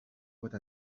pot